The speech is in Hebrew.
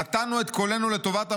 נתנו את קולנו לטובת המדינה,